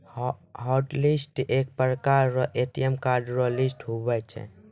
hotlist एक प्रकार रो ए.टी.एम कार्ड रो लिस्ट हुवै छै